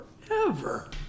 forever